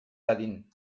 dadin